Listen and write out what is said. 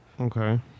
Okay